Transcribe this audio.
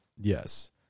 Yes